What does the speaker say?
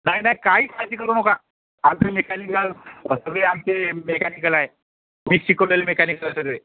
नाही नाही काही काळजी करू नका आमचे मेकॅनिकल सगळे आमचे मेकॅनिकल आहे मीच शिकवलेले मेकॅनिक आहे सगळे